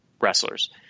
wrestlers